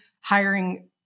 hiring